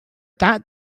that